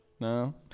No